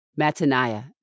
Mataniah